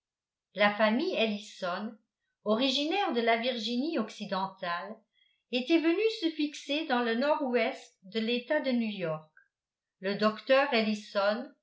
la famille ellison originaire de la virginie occidentale était venue se fixer dans le nord-ouest de l'etat de new-york le docteur